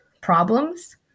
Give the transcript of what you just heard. problems